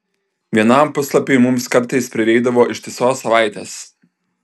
vienam puslapiui mums kartais prireikdavo ištisos savaitės